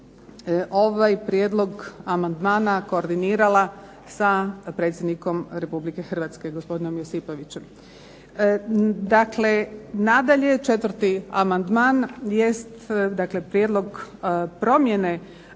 ovaj prijedlog amandmana koordinirala sa Predsjednikom Republike Hrvatskom gospodinom Josipovićem. Dakle, nadalje 4. amandman jest dakle prijedlog promjene,